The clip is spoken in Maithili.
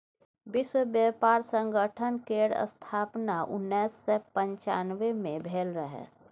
विश्व बेपार संगठन केर स्थापन उन्नैस सय पनचानबे मे भेल रहय